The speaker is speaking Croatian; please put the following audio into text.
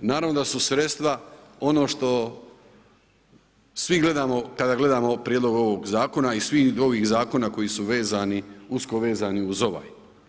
naravno da su sredstva ono što svi gledamo kada gledamo prijedlog ovog zakona i svih ovih zakona koji su usko vezani uz ovaj.